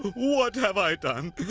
what have i done?